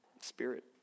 spirit